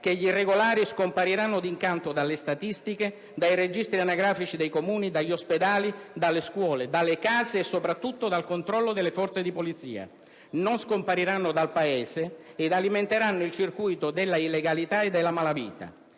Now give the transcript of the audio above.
che gli irregolari scompariranno d'incanto dalle statistiche, dai registri anagrafici dei Comuni, dagli ospedali, dalle scuole, dalle case e, soprattutto, dal controllo delle Forze di polizia; non scompariranno dal Paese ed alimenteranno il circuito della illegalità e della malavita.